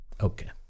Okay